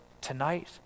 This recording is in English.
tonight